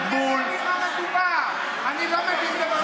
אני לא מבין במה מדובר, אני לא מבין במה מדובר.